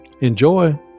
Enjoy